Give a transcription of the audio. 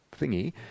thingy